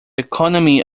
economy